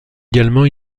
également